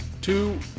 Two